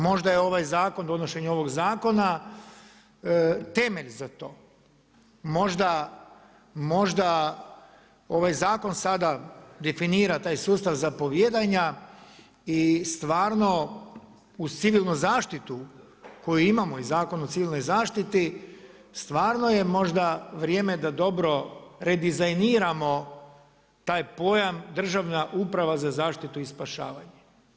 Možda je ovaj zakon, donošenje ovog zakona temelj za to, možda ovaj zakon sada definira taj sustav zapovijedanja i stvarno uz Civilnu zaštitu koju imamo i Zakon o civilnoj zaštiti stvarno je možda vrijeme da dobro redizajniramo taj pojam Državna uprava za zaštitu i spašavanje.